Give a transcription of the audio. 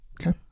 okay